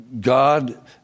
God